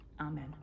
Amen